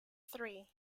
three